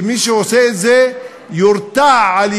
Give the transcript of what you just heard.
הטיפשות כאן היא בזה שאתה חושב שמי שעושה את זה יורתע על-ידי,